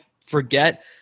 forget